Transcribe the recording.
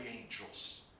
angels